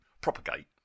propagate